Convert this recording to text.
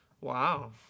Wow